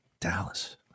Dallas